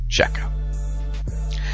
checkout